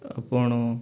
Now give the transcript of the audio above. ଆପଣ